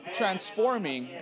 transforming